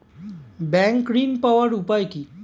Bank ঋণ পাওয়ার উপায় কি?